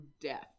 death